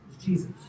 Jesus